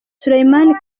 sulaiman